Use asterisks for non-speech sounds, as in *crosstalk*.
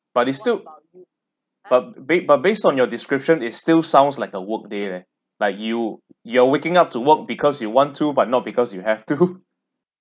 but it still but ba~ but based on your description is still sounds like a work day leh like you you're waking up to work because you want to but not because you have to *laughs*